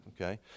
okay